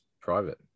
private